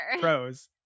pros